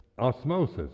osmosis